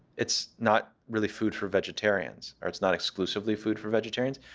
it's not really food for vegetarians. or it's not exclusively food for vegetarians.